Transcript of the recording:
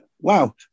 wow